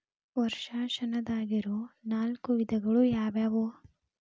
ವರ್ಷಾಶನದಾಗಿರೊ ನಾಲ್ಕು ವಿಧಗಳು ಯಾವ್ಯಾವು?